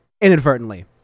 inadvertently